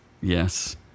Yes